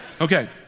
Okay